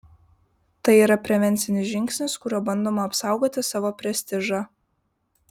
tai yra prevencinis žingsnis kuriuo bandoma apsaugoti savo prestižą